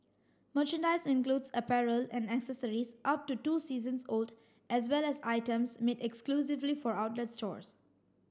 merchandise includes apparel and accessories up to two seasons old as well as items made exclusively for outlet stores